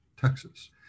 Texas